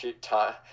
time